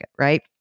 right